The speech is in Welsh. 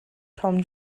tom